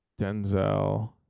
Denzel